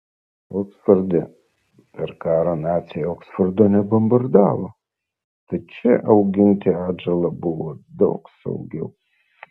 oksforde per karą naciai oksfordo nebombardavo tad čia auginti atžalą buvo daug saugiau